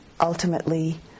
ultimately